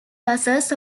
buses